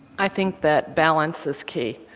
i think that balance is key.